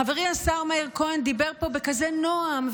חברי השר מאיר כהן דיבר פה בכזה נועם,